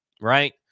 right